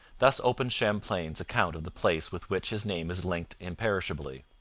thus opens champlain's account of the place with which his name is linked imperishably.